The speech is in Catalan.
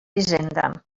hisenda